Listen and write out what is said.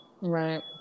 Right